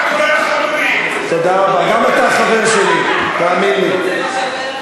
גם אתה חבר שלי, תאמין לי.